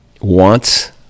wants